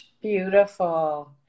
Beautiful